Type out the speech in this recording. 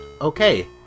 Okay